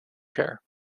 care